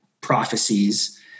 prophecies